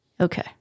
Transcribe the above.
Okay